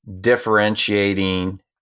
differentiating